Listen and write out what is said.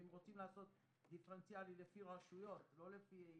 ואם רוצים לעשת דיפרנציאלי לפי רשויות ולא לפי ילדים,